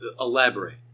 elaborate